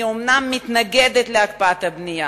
אני אומנם מתנגדת להקפאת הבנייה,